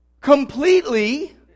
completely